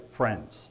friends